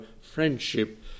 friendship